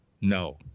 No